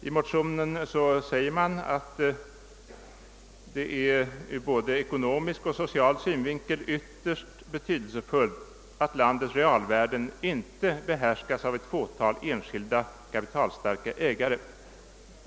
Motionärerna säger att det ur både ekonomisk och social synvinkel är ytterst betydelsefullt att landets realvärden inte behärskas av ett fåtal enskilda kapitalstarka ägare.